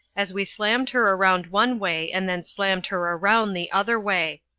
as we slammed her around one way and then slammed her around the other way.